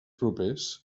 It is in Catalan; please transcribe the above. propers